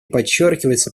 подчеркивается